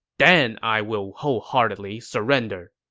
then i will wholeheartedly surrender.